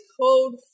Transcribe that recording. code